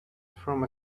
from